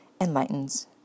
Enlightens